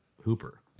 hooper